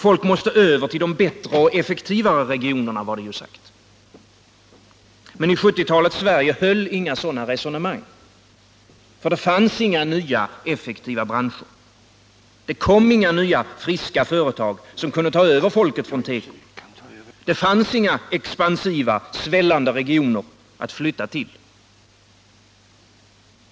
Folk måste över till de bättre och effektivare regionerna, var det sagt. Men i 1970-talets Sverige höll inga sådana resonemang. Det fanns inga nya, effektiva branscher. Det kom inga nya, friska företag som kunde ta över folket från teko. Det fanns inga expansiva, svällande regioner att flytta till.